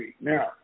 Now